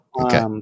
okay